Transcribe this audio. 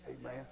Amen